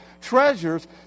treasures